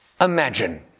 Imagine